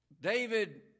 David